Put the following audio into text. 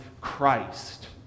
Christ